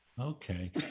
okay